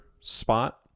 spot